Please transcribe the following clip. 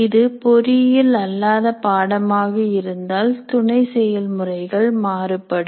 இது பொறியியல் அல்லாத பாடமாக இருந்தால் துணை செயல் முறைகள் மாறுபடும்